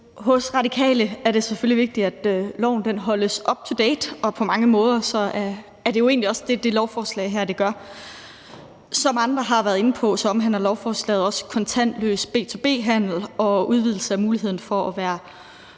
For Radikale er det selvfølgelig vigtigt, at loven holdes up to date, og på mange måder er det jo egentlig også det, det lovforslag her gør. Som andre har været inde på, omhandler lovforslaget også kontantløs B2B-handel og udvidelse af muligheden for at lave